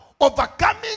overcoming